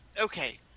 okay